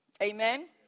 Amen